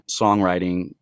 songwriting